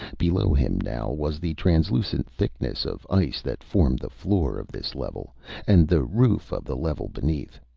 below him now was the translucent thickness of ice that formed the floor of this level and the roof of the level beneath.